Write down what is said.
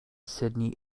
sydney